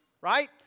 right